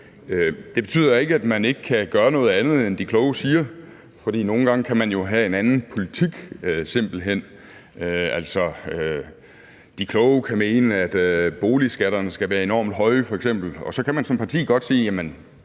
Det betyder ikke, at man ikke kan gøre noget andet, end de kloge siger. For nogle gange kan man jo simpelt hen have en anden politik. De kloge kan f.eks. mene, at boligskatterne skal være enormt høje, og så kan man som parti godt sige: Vi mener